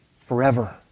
forever